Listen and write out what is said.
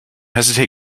hesitate